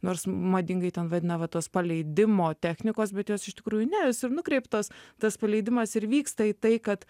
nors madingai ten vadina va tos paleidimo technikos bet jos iš tikrųjų ne jos ir nukreiptos tas paleidimas ir vyksta į tai kad